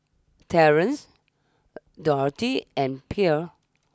Terance Dorthey and Pierre